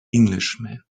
englishman